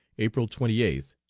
april twenty eighth,